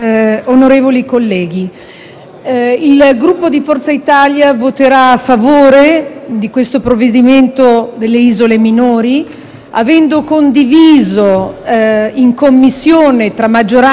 il Gruppo Forza Italia voterà a favore del provvedimento sulle isole minori, avendo condiviso in Commissione, tra maggioranza e opposizione,